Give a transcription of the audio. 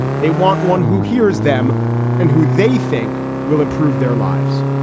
they want one who hears them and who they think will improve their lives